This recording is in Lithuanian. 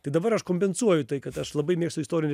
tai dabar aš kompensuoju tai kad aš labai mėgstu istorinę